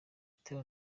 butera